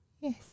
Yes